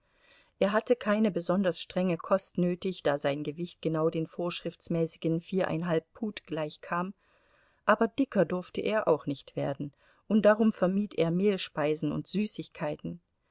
er hatte keine besonders strenge kost nötig da sein gewicht genau den vorschriftsmäßigen viereinhalb pud gleichkam aber dicker durfte er auch nicht werden und darum vermied er mehlspeisen und süßigkeiten